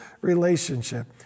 relationship